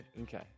Okay